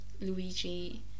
luigi